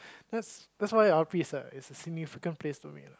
that's that's why R_P is a is a significant place to me lah